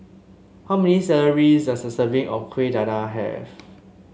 how many does a serving of Kueh Dadar have